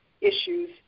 issues